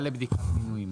הוועדה לבדיקת מינוים.